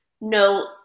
no